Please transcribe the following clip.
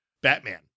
Batman